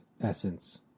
essence